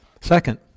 Second